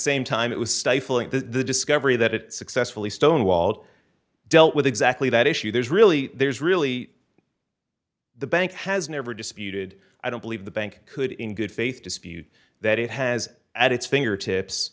same time it was stifling the discovery that it successfully stonewalled dealt with exactly that issue there's really there's really the bank has never disputed i don't believe the bank could in good faith dispute that it has at its fingertips